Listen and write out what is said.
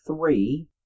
three